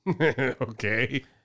Okay